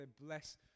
bless